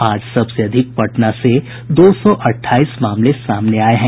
आज सबसे अधिक पटना से दो सौ अट्ठाईस मामले सामने आये हैं